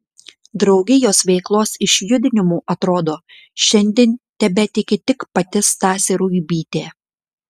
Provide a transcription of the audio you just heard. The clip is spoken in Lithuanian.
draugijos veiklos išjudinimu atrodo šiandien tebetiki tik pati stasė ruibytė